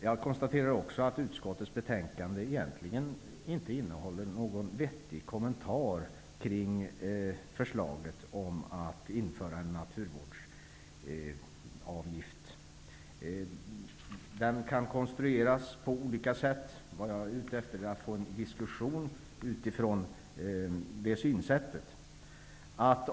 Jag konstaterar också att utskottets betänkande egentligen inte innehåller någon vettig kommentar om förslaget om att införa en naturvårdsavgift. En sådan kan konstrueras på olika sätt. Jag är ute efter att få en diskussion utifrån det synsättet.